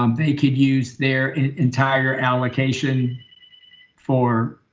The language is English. um they could use their entire allocation for